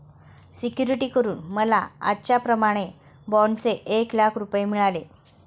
security करून मला आजच्याप्रमाणे बाँडचे एक लाख रुपये मिळाले